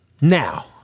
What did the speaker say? now